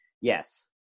Yes